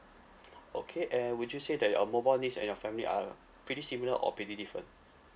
okay and would you say that your mobile needs and your family are pretty similar or pretty different